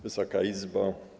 Wysoka Izbo!